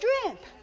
strength